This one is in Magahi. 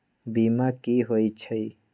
बीमा कि होई छई?